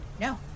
no